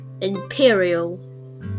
Imperial